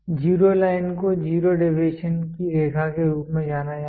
zero line को zero deviation की रेखा के रूप में जाना जाता है